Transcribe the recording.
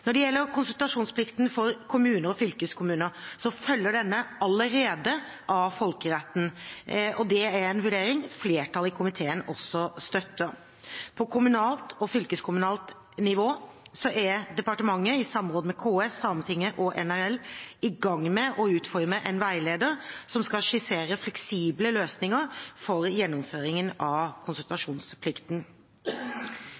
Når det gjelder konsultasjonsplikten for kommuner og fylkeskommuner, følger denne allerede av folkeretten, og det er en vurdering flertallet i komiteen også støtter. På kommunalt og fylkeskommunalt nivå er departementet, i samråd med KS, Sametinget og NRL, i gang med å utforme en veileder som skal skissere fleksible løsninger for gjennomføringen av